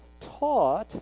taught